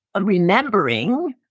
remembering